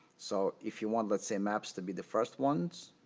so, if you want let's say maps to be the first ones,